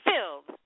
Filled